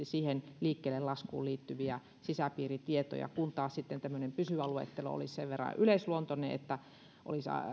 siihen liikkeellelaskuun liittyviä sisäpiiritietoja kun taas sitten tämmöinen pysyvä luettelo olisi sen verran yleisluontoinen että olisi